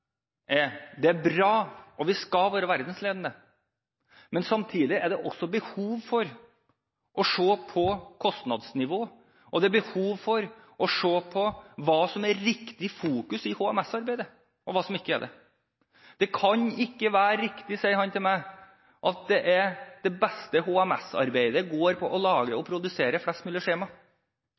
Det er bra, og vi skal være verdensledende. Men samtidig er det også behov for å se på kostnadsnivået, og det er behov for å se på hva som er riktig fokus i HMS-arbeidet, og hva som ikke er det. Det kan ikke være riktig, sa han til meg, at det beste HMS-arbeidet går på å lage og produsere flest mulig